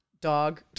dog